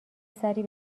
سری